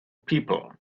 people